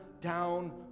down